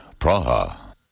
Praha